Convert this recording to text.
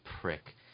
prick